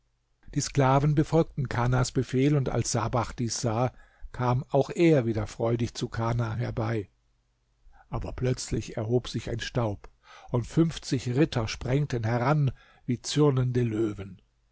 die sklaven befolgten kanas befehl und als sabach dies sah kam auch er wieder freudig zu kana herbei aber plötzlich erhob sich ein staub und fünfzig ritter sprengten heran wie zürnende löwen